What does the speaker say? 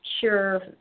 sure